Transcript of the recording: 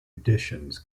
additions